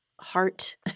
heart